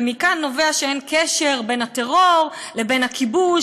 ומכאן נובע שאין קשר בין הטרור ובין הכיבוש,